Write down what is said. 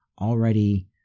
already